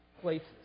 places